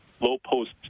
low-post